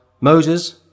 moses